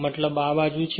મતલબ આ બાજુ છે